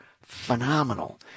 phenomenal